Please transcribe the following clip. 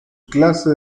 clase